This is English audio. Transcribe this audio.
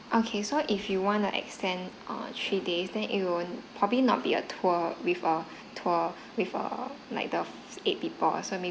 okay so if you want to extend err three days then it won't probably not be a tour with a tour with err like the eight people so maybe